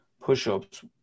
push-ups